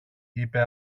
είπε